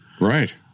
Right